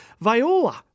viola